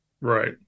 right